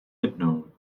jednou